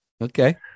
Okay